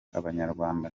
abanyarwanda